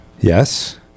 yes